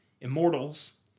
Immortals